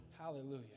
Hallelujah